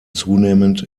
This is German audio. zunehmend